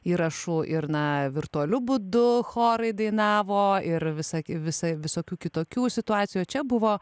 įrašų ir na virtualiu būdu chorai dainavo ir visai visai visokių kitokių situacijų čia buvo